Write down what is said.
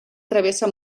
travessa